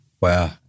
Wow